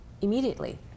immediately